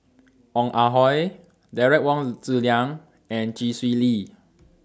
Ong Ah Hoi Derek Wong Zi Liang and Chee Swee Lee